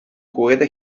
juguete